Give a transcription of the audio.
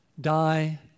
Die